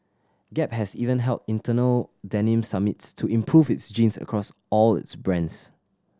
gap has even held internal denim summits to improve its jeans across all its brands